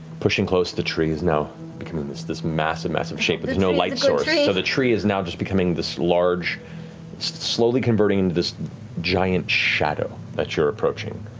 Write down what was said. pushing close. the tree is now becoming this this massive, massive shape. there's no light source, so the tree is now just becoming this large slowly converting to this giant shadow that you're approaching.